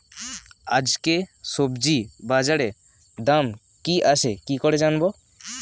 আজকে সবজি বাজারে দাম কি আছে কি করে জানবো?